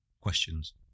questions